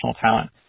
talent